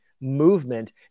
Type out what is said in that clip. movement